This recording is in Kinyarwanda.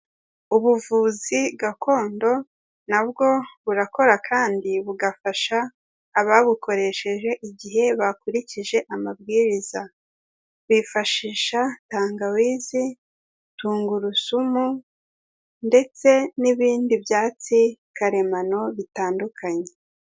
Ubuvuzi gakondo na bwo burakora kandi bugafasha ababukoresheje igihe bakurikije amabwiriza, bifashisha tangawizi, tungurusumu ndetse n'ibindi byatsi karemano bitandukanye.